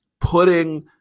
putting